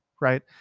right